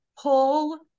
Pull